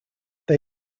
they